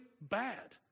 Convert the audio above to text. bad